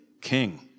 king